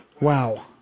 Wow